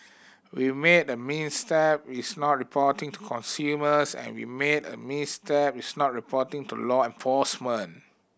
we made a misstep is not reporting to consumers and we made a misstep is not reporting to law enforcement